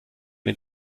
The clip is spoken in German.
den